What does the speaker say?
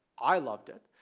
i loved it,